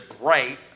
bright